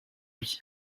lui